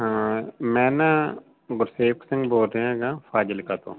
ਹਾਂ ਮੈਂ ਨਾ ਗੁਰਸੇਵਕ ਸਿੰਘ ਬੋਲ ਰਿਹਾ ਹੈਗਾ ਫਾਜ਼ਿਲਕਾ ਤੋਂ